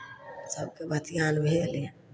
सभके बतियान भेल